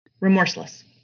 Remorseless